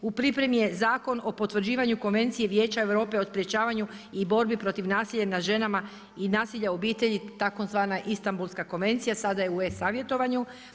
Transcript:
U pripremi je Zakon o potvrđivanju Konvencije Vijeća Europe o sprječavanju i borbi protiv nasilja nad ženama i nasilja u obitelji, tzv. Istambulska konvencija sada je u e-savjetovanju.